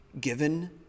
given